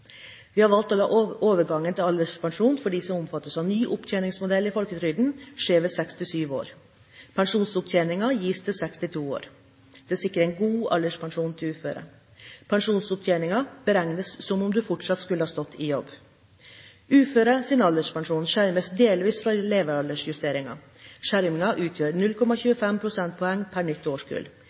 Vi har valgt å la overgangen til alderspensjon for dem som omfattes av ny opptjeningsmodell i folketrygden, skje ved 67 år. Pensjonsopptjening gis til 62 år. Dette sikrer en god alderpensjon til uføre. Pensjonsopptjeningen beregnes som om man fortsatt skulle stått i jobb. Uføres alderspensjon skjermes delvis fra levealdersjustering. Skjermingen utgjør 0,25 prosentpoeng per nytt